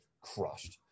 crushed